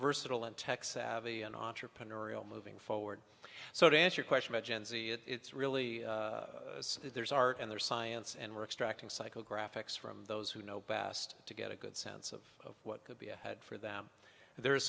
versatile and tech savvy and entrepreneurial moving forward so to answer question it's really there's art and there's science and we're extracting psychographics from those who know best to get a good sense of what could be ahead for them and there is